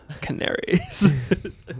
Canaries